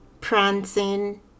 prancing